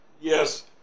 Yes